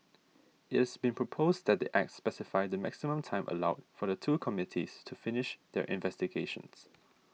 it has been proposed that the Act specify the maximum time allowed for the two committees to finish their investigations